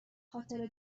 خاطره